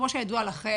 כמו שידוע לכם,